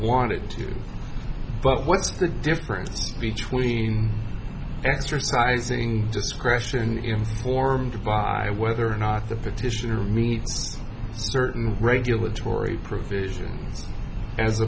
wanted to but what's the difference between exercising discretion and informed by whether or not the petitioner meets certain regulatory provisions as